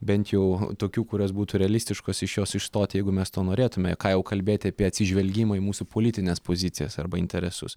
bent jau tokių kurios būtų realistiškos iš jos išstot jeigu mes to norėtume ką jau kalbėt apie atsižvelgimą į mūsų politines pozicijas arba interesus